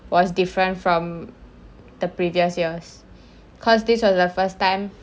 was different from the previous years because this was the first time